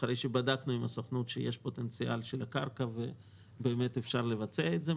אחרי שבדקנו עם הסוכנות שיש פוטנציאל של קרקע ובאמת אפשר לבצע את זה.